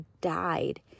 died